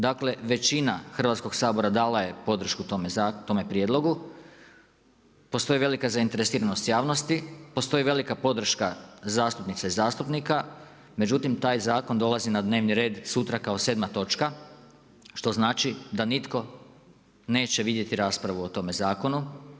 Dakle većina Hrvatskoga sabora dala je podršku tome prijedlogu, postoji velika zainteresiranost javnosti, postoji velika podrška zastupnica i zastupnika, međutim taj zakon dolazi na dnevni red sutra kao 7. točka što znači da nitko neće vidjeti raspravu o tome zakonu.